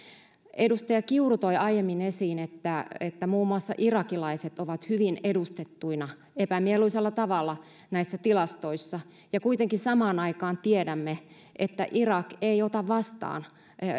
edustaja kiuru toi aiemmin esiin että että muun muassa irakilaiset ovat hyvin edustettuina epämieluisalla tavalla näissä tilastoissa ja kuitenkin samaan aikaan tiedämme että irak ei ota vastaan